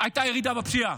הייתה ירידה בפשיעה,